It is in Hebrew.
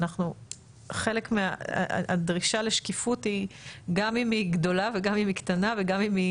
חלק מהדרישה לשקיפות היא גם אם היא גדולה וגם אם היא